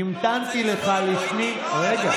המתנתי לך, רוצה לשמוע איפה הייתי?